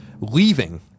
leaving